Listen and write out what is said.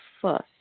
first